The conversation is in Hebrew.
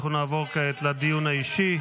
אנחנו נעבור כעת לדיון האישי.